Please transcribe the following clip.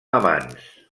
amants